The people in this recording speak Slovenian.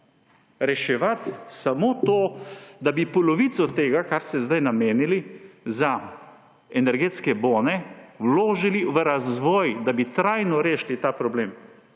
reševati samo to, da bi polovico tega, kar ste zdaj namenili za energetske bone, vložili v razvoj, da bi trajno rešili ta problem,